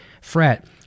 fret